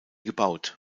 gebaut